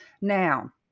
Now